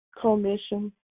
commission